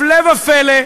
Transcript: הפלא ופלא,